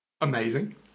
Amazing